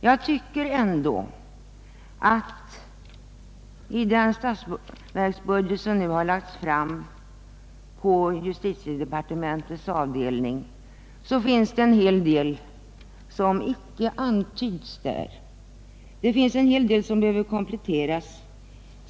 I den statsverksproposition som nu har lagts fram är det mycket man saknar under justitiedepartementets huvudtitel. En hel del antyds icke ens; en hel del behöver kompletteras.